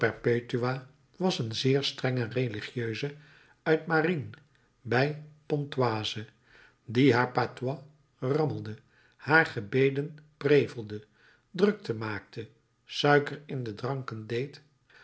was een zeer sterke religieuse uit marines bij pontoise die haar patois rammelde haar gebeden prevelde drukte maakte suiker in de dranken deed